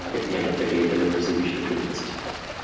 at the end of the day, deliver solution to the business problem.